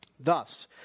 Thus